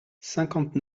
cinquante